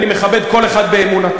אני מכבד כל אחד באמונתו,